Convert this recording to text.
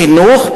חינוך,